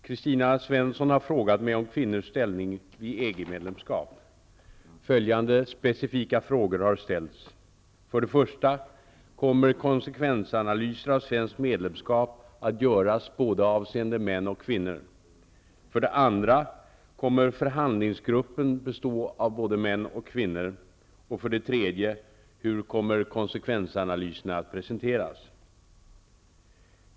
Herr talman! Kristina Svensson har frågat mig om kvinnors ställning vid EG-medlemskap. Följande specifika frågor har ställts 1. Kommer konsekvensanalyser av svenskt medlemskap att göras både avseende män och kvinnor? 2. Kommer förhandlingsgruppen att bestå av både män och kvinnor? 3. Hur kommer konsekvensanalyserna att presenteras?